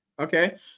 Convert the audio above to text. Okay